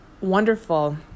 wonderful